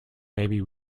maybe